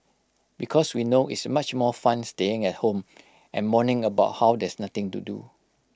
because we know it's much more fun staying at home and moaning about how there's nothing to do